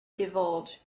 divulge